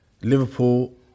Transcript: Liverpool